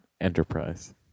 Enterprise